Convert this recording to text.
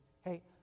Hey